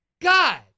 God